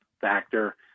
factor